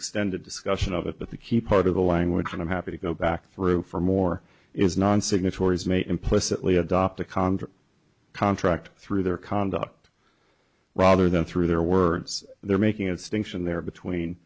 extended discussion of it but the key part of the language and i'm happy to go back through for more is non signatories may implicitly adopt a contract contract through their conduct rather than through their words they're making it stinks in there between